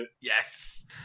Yes